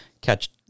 catch